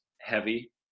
heavy